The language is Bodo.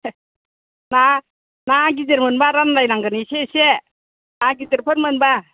ना ना गिदिर मोनबा रानलायनांगोन एसे एसे ना गिदिरफोर मोनबा